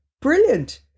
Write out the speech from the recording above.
Brilliant